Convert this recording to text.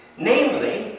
Namely